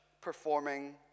performing